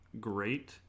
great